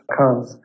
comes